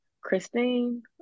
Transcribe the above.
Christine